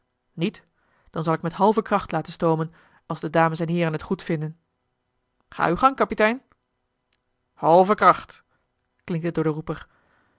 niet dan zal ik met halve kracht laten stoomen als de dames en heeren het goed vinden ga uw gang kapitein halve kracht klinkt het door den roeper